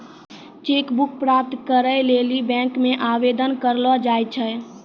cheque book प्राप्त करै लेली बैंक मे आवेदन करलो जाय छै